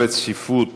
רציפות